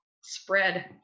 spread